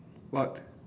what